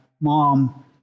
mom